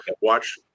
watch